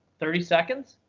thirty seconds?